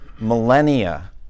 millennia